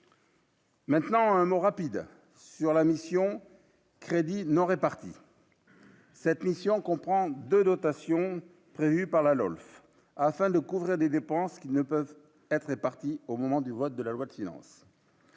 Maintenant, un mot rapide sur la mission crédit non répartis cette mission comprend de notation prévue par la LOLF afin de couvrir des dépenses qui ne peuvent être répartis au moment du vote de la loi qui lance